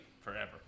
forever